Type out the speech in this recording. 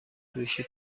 فروشی